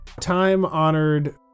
time-honored